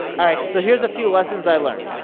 alright, so here's a few lessons i learned.